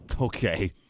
Okay